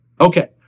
okay